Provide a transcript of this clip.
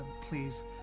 please